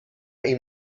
این